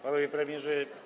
Panowie Premierzy!